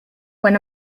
when